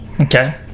Okay